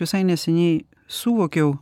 visai neseniai suvokiau